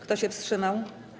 Kto się wstrzymał?